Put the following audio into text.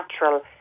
natural